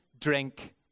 drink